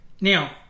Now